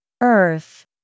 Earth